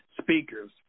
speakers